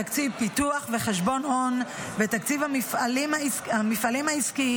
תקציב פיתוח וחשבון הון ותקציב המפעלים העסקיים,